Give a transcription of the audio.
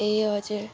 ए हजुर